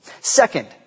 Second